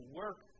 work